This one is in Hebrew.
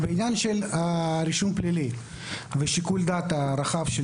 בעניין הרישום הפלילי ושיקול הדעת הרחב שנמצא כאן,